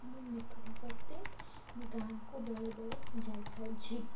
ମୁଁ ନିକଟବର୍ତ୍ତୀ ଗାଁକୁ ବେଳେବେଳେ ଯାଇଥାଉଛି